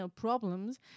problems